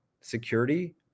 security